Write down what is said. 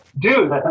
Dude